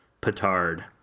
petard